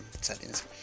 settings